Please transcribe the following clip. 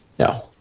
No